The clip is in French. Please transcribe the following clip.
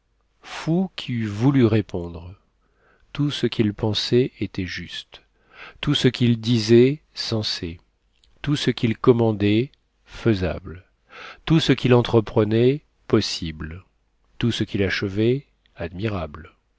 qui eût voulu répondre tout ce qu'il pensait était juste tout ce qu'il disait sensé tout ce qu'il commandait faisable tout ce qu'il entreprenait possible tout ce qu'il achevait admirable